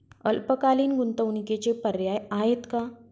अल्पकालीन गुंतवणूकीचे पर्याय आहेत का?